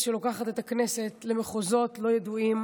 שלוקחת את הכנסת למחוזות לא ידועים.